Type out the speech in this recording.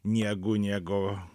niegu negu